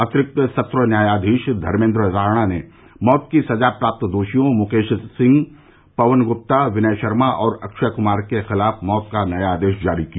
अतिरिक्त सत्र न्यायाधीश धर्मेन्द्र राणा ने मौत की सजा प्राप्त दोषियों मुकेश सिंह पवन ग्प्ता विनय शर्मा और अक्षय क्मार के खिलाफ मौत का नया आदेश जारी किया